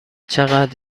چقدر